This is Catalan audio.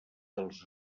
dels